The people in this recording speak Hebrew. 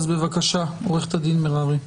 בבקשה, עו"ד מררי.